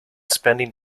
spending